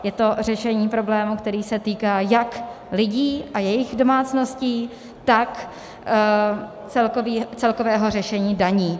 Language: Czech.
Je to řešení problému, který se týká jak lidí a jejich domácností, tak celkového řešení daní.